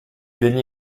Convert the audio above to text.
degli